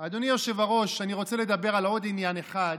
אדוני היושב-ראש, אני רוצה לדבר על עוד עניין אחד.